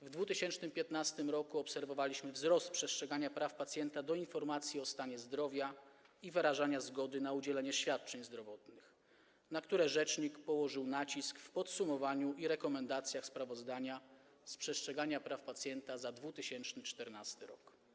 W 2015 r. obserwowaliśmy wzrost przestrzegania praw pacjenta do informacji o stanie zdrowia i wyrażania zgody na udzielenie świadczeń zdrowotnych, na które rzecznik położył nacisk w podsumowaniu i rekomendacjach sprawozdania z przestrzegania praw pacjenta za 2014 r.